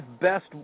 best